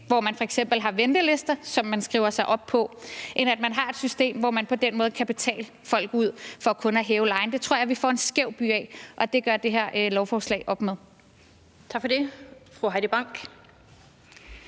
hvor man f.eks. har ventelister, som man skriver sig op på, end at man har et system, hvor man på den måde kan betale folk ud for kun at hæve lejen. Det tror jeg vi får en skæv by af. Og det gør det her lovforslag op med.